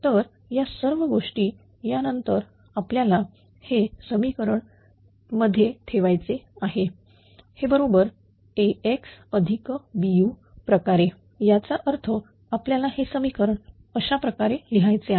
तर या सर्व गोष्टी या नंतर आपल्याला हे समीकरण X मध्ये ठेवायचे आहे हे बरोबर AxBu प्रकारे याचा अर्थ आपल्याला हे समीकरण अशाप्रकारे लिहायचे आहे